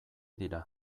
dira